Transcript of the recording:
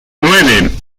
nueve